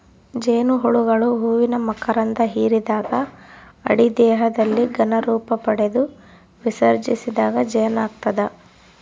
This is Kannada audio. ಜೇನುಹುಳುಗಳು ಹೂವಿನ ಮಕರಂಧ ಹಿರಿದಾಗ ಅಡಿ ದೇಹದಲ್ಲಿ ಘನ ರೂಪಪಡೆದು ವಿಸರ್ಜಿಸಿದಾಗ ಜೇನಾಗ್ತದ